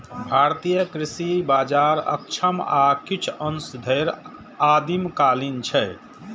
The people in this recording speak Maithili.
भारतीय कृषि बाजार अक्षम आ किछु अंश धरि आदिम कालीन छै